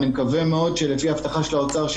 אני מקווה מאוד שזה אכן לפי הבטחת האוצר,